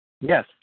Yes